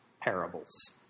parables